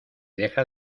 deja